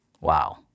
Wow